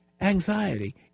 Anxiety